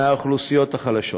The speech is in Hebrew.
מהאוכלוסיות החלשות.